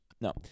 no